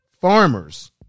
farmers